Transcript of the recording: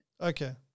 Okay